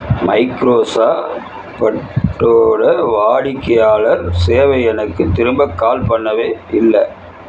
மைக்ரோசா பட்டோட வாடிக்கையாளர் சேவை எனக்கு திரும்ப கால் பண்ணவே இல்லை